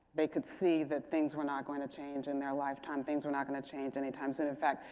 they could see that things were not going to change in their lifetime. things were not going to change anytime soon. in fact,